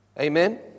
Amen